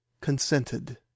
consented